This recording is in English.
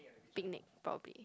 picnic probably